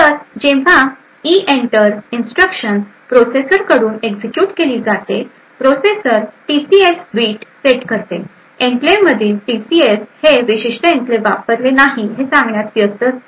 तर जेव्हा EENTER instruction processor कडून एक्झिक्युट केली जाते प्रोसेसर टीसीएस बीट सेट करते एन्क्लेव्ह मधील टीसीएस हे विशिष्ट एन्क्लेव वापरले नाही हे सांगण्यात व्यस्त असते